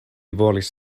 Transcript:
volis